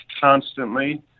constantly